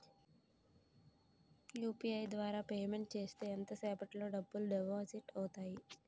UPI ద్వారా payment చేస్తే ఎంత సేపటిలో డబ్బులు డిపాజిట్ అవుతాయి?